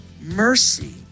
mercy